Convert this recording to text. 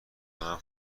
دارم